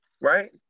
Right